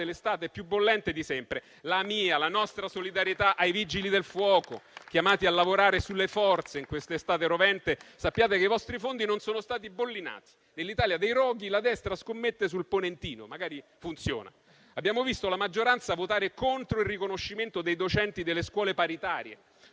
l'estate più bollente di sempre. Rivolgo la mia, la nostra solidarietà ai Vigili del fuoco, chiamati a lavorare sulle forze in quest'estate rovente. Sappiate che i vostri fondi non sono stati bollinati; nell'Italia dei roghi, la destra scommette sul ponentino, magari funziona. Abbiamo visto la maggioranza votare contro il riconoscimento dei docenti delle scuole paritarie,